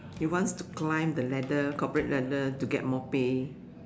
you wants to climb the ladder corporate ladder to get more pay